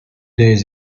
days